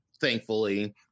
thankfully